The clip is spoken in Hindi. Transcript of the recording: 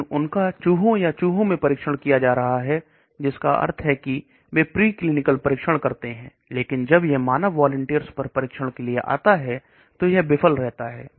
लेकिन उनका चूहों मैं परीक्षण किया जा रहा है जिसका अर्थ है कि बे प्रीक्लिनिकल परीक्षण करते हैं लेकिन जब यह मानव वॉलिंटियर्स पर परीक्षण के लिए आता है तो यह विफल रहता है